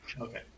Okay